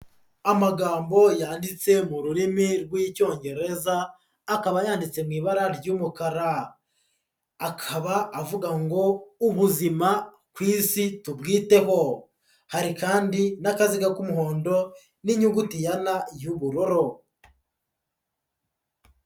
Amagambo yanditse mu rurimi rw'icyongereza, akaba yanditse mu ibara ry'umukara, akaba avuga ngo, ubuzima ku isi tubwiteho, hari kandi n'akaziga k'umuhondo, n'inyuguti ya na y'ubururu.